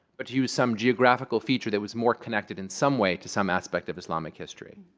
but to use some geographical feature that was more connected in some way to some aspect of islamic history.